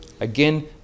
again